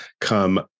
come